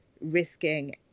risking